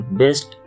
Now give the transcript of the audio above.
best